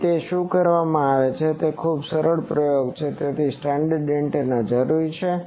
તેથી તે શું કરવામાં આવે છે તે એક ખૂબ જ સરળ પ્રયોગ છે તેથી સ્ટાન્ડરડ એન્ટેના જરૂરી છે